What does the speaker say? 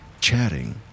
chatting